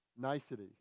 nicety